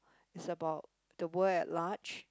is about the world at large